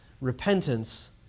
repentance